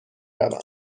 روم